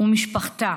ומשפחתה